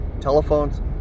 telephones